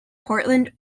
portland